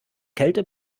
kälte